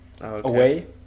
away